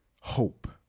hope